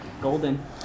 Golden